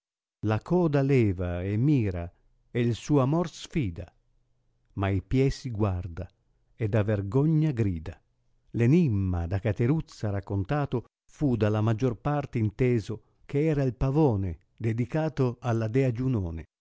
la coda leva e mira e il suo amor sfida ma i pie si guarda e da vergogna grida l enimma da cateruzza raccontato fu dalla maggior parte inteso che era il pavone dedicato alla dea giunone